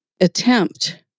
attempt